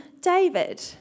David